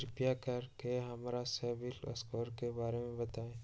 कृपा कर के हमरा सिबिल स्कोर के बारे में बताई?